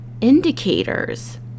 indicators